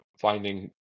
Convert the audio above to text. finding